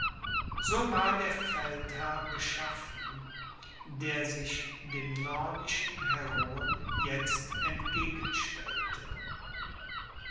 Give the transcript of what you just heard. so war der feldherr beschaffen der sich dem nordischen heroen jetzt entgegenstellte